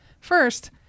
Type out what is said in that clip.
first